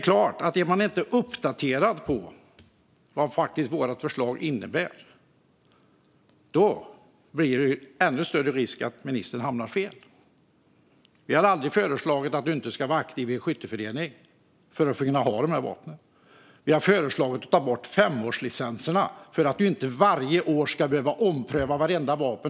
Är man inte uppdaterad på vad vårt förslag faktiskt innebär ökar givetvis risken för att ministern hamnar fel. Vi har aldrig föreslagit att man inte behöver vara aktiv i en skytteförening för att få ha dessa vapen. Vi har föreslagit att femårslicenserna ska tas bort så att man inte varje år ska behöva ompröva vartenda vapen.